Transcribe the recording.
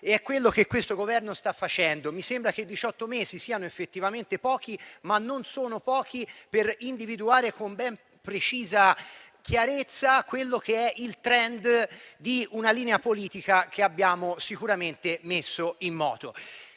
È quello che questo Governo sta facendo. Diciotto mesi sono effettivamente pochi, ma non sono pochi per individuare con precisa chiarezza quello che è il *trend* di una linea politica che abbiamo sicuramente messo in moto.